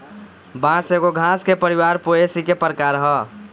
बांस एगो घास के परिवार पोएसी के प्रकार ह